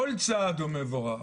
כל צעד הוא מבורך.